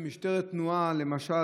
במשטרת התנועה למשל,